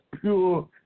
pure